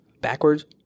backwards